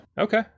Okay